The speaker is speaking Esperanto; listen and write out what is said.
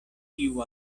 tiu